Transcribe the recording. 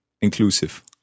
Inclusive